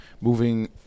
moving